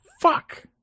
fuck